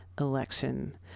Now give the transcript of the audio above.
election